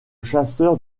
chasseur